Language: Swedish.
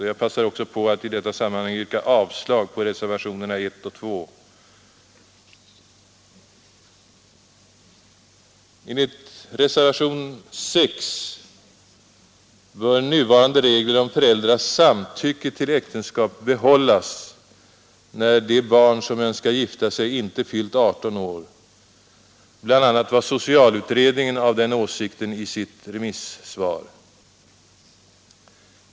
Jag passar också på att i detta sammanhang yrka avslag på reservationerna 1 och 2. Enligt reservationen 6 bör nuvarande regler om föräldrars samtycke till äktenskap bibehållas när det barn som önskar gifta sig inte fyllt 18 år. Bl. a. var socialutredningen av den åsikten i sitt remissvar.